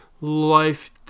life